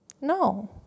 No